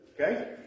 Okay